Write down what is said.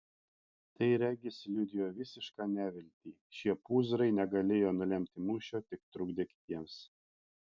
tai regis liudijo visišką neviltį šie pūzrai negalėjo nulemti mūšio tik trukdė kitiems